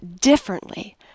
differently